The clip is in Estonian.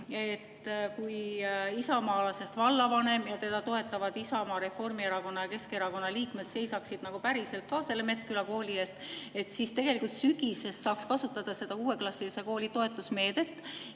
kui isamaalasest vallavanem seisaks ning teda toetavad Isamaa, Reformierakonna ja Keskerakonna liikmed seisaksid päriselt ka selle Metsküla kooli eest, siis tegelikult sügisest saaks kasutada seda kuueklassilise kooli toetusmeedet